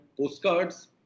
postcards